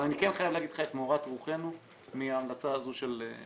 אבל אני כן חייב להגיד לך את מורת רוחנו מההמלצה הזו על יושבי-הראש.